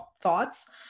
thoughts